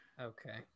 Okay